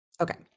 Okay